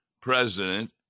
President